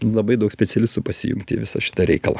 labai daug specialistų pasijungti į visą šitą reikalą